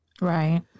Right